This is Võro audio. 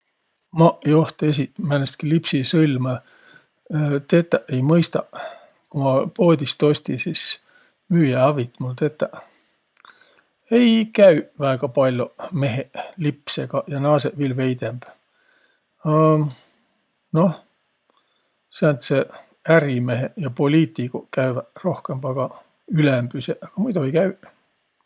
Maq joht esiq määnestki lipsisõlmõ tetäq ei mõistaq. Ku ma poodist osti, sis müüjä avit' mul tetäq. Ei käüq väega pall'oq meheq lipsegaq ja naasõq viil veidemb. A noh, sääntseq ärimeheq ja poliitiguq kääväq rohkõmb, agaq, ülembüseq, aga muido ei käüq.